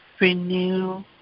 renew